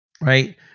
Right